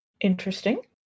Interesting